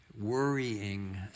Worrying